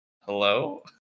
hello